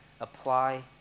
apply